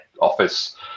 office